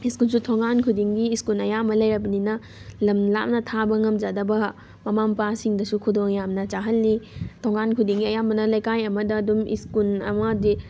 ꯁ꯭ꯀꯨꯜꯁꯨ ꯊꯣꯡꯒꯥꯟ ꯈꯨꯗꯤꯡꯒꯤ ꯁ꯭ꯀꯨꯜ ꯑꯌꯥꯝꯕ ꯂꯩꯔꯕꯅꯤꯅ ꯂꯝ ꯂꯥꯞꯅ ꯊꯥꯕ ꯉꯝꯖꯗꯕ ꯃꯃꯥ ꯃꯄꯥꯁꯤꯡꯗꯁꯨ ꯈꯨꯗꯣꯡ ꯌꯥꯝꯅ ꯆꯥꯍꯜꯂꯤ ꯊꯣꯡꯒꯥꯟ ꯈꯨꯗꯤꯡꯒꯤ ꯑꯌꯥꯝꯕꯅ ꯂꯩꯀꯥꯏ ꯑꯃꯗ ꯑꯗꯨꯝ ꯁ꯭ꯀꯨꯜ ꯑꯃꯗꯤ